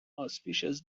auspicious